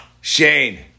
Shane